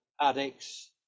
addicts